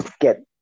get